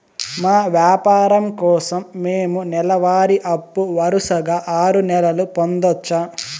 మా వ్యాపారం కోసం మేము నెల వారి అప్పు వరుసగా ఆరు నెలలు పొందొచ్చా?